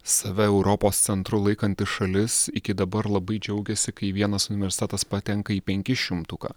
save europos centru laikanti šalis iki dabar labai džiaugiasi kai vienas universitetas patenka į penki šimtuką